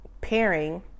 pairing